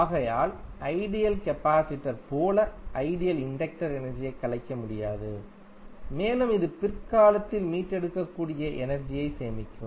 ஆகையால் ideal capacitor போல ideal inductor எனர்ஜியைக் கலைக்க முடியாது மேலும் இது பிற்காலத்தில் மீட்டெடுக்கக்கூடிய எனர்ஜியைச் சேமிக்கும்